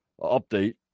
update